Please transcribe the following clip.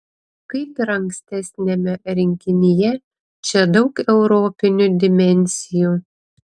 kaip ir ankstesniame rinkinyje čia daug europinių dimensijų